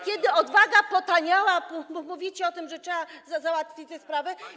kiedy odwaga potaniała, mówicie o tym, że trzeba załatwić te sprawy.